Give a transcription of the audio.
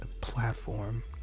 platform